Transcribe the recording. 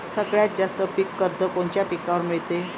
सगळ्यात जास्त पीक कर्ज कोनच्या पिकावर मिळते?